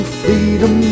freedom